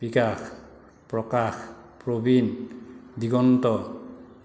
Bikash Prakash Prabin Diganta